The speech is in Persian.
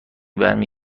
برمی